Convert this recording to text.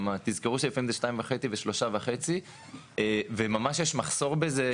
תזכרו שגם לפעמים זה 2.5 ו-3.5 וממש יש מחסור בזה.